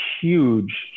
huge